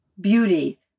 beauty